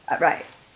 Right